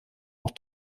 auch